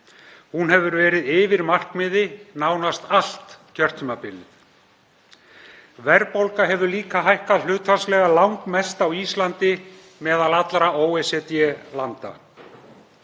Hún hefur verið yfir markmiði nánast allt kjörtímabilið. Verðbólga hefur líka hækkað hlutfallslega langmest á Íslandi meðal allra OECD-landa.